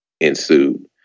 ensued